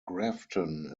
grafton